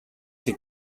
que